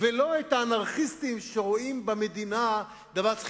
ולא את האנרכיסטים שרואים במדינה דבר שצריך